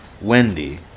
Wendy